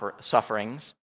sufferings